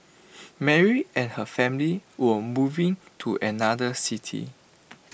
Mary and her family were moving to another city